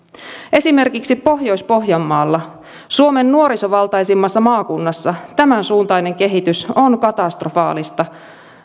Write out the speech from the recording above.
esimerkiksi pohjois pohjanmaalla suomen nuorisovaltaisimmassa maakunnassa tämänsuuntainen kehitys on katastrofaalista